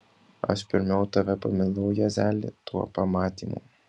aš pirmiau tave pamilau juozeli tuo pamatymu